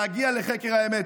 להגיע לחקר האמת.